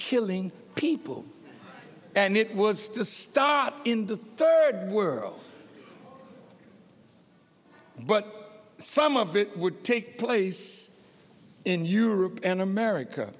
killing people and it was to start in the third world but some of it would take place in europe and america